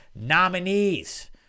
nominees